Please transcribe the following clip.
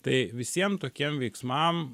tai visiem tokiem veiksmam